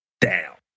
down